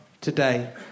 today